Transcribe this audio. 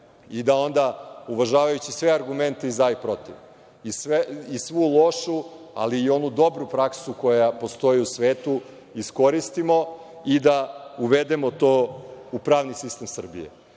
i da onda, uvažavajući sve argumente i za i protiv i svu lošu, ali i onu dobru praksu koja postoji u svetu, iskoristimo i da uvedemo to u pravni sistem Srbije. Ono